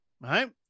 right